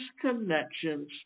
connections